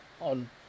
on